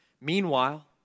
Meanwhile